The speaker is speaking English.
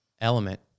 element